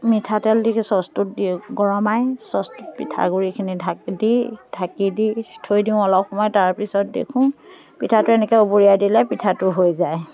মিঠাতেল দি চচটোত দি গৰমাই চচটোত পিঠাগুড়িখিনি ঢাকি দি ঢাকি দি থৈ দিওঁ অলপ সময় তাৰপিছত দেখোঁ পিঠাটো এনেকৈ উবুৰিয়াই দিলে পিঠাটো হৈ যায়